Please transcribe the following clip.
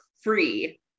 free